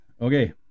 Okay